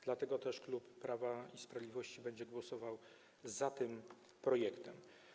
Dlatego też klub Prawa i Sprawiedliwości będzie głosował za tym projektem.